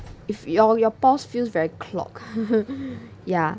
if your your pores feels very clogged ya